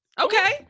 Okay